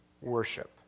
Worship